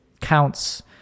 counts